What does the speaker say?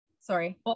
sorry